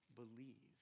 believe